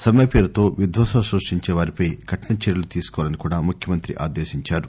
సమ్మె పేరుతో విధ్వసం స్రుష్షించే వారిపై కఠిన చర్యలు తీసుకోవాలని కూడా ముఖ్యమంత్రి ఆదేశించారు